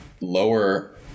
lower